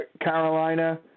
Carolina